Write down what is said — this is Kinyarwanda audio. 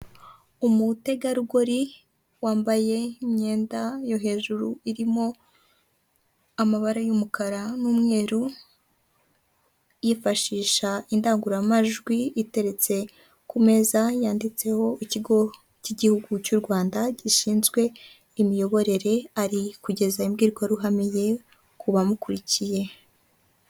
Umutegarugori wambaye imyenda yo hejuru irimo amabara y'umukara n'umweru, yifashisha indangururamajwi iteretse ku meza yanditseho ikigo cy'igihugu cy'u Rwanda gishinzwe imiyoborere, ari kugeza imbwirwaruhame ye ku bamukurikiye.